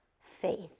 faith